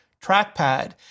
trackpad